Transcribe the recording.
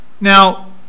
Now